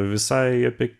visai apie